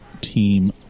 team